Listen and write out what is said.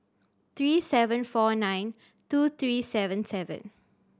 three seven four nine two three seven seven